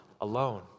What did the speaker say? alone